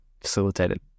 facilitated